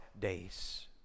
days